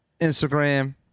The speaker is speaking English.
Instagram